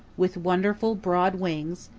with wonderful broad wings,